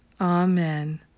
Amen